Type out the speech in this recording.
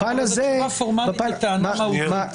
זאת תשובה פורמלית לבעיה מהותית.